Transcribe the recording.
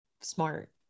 smart